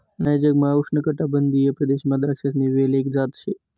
नया जगमा उष्णकाटिबंधीय प्रदेशमा द्राक्षसनी वेल एक जात शे